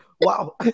Wow